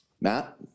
Matt